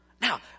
Now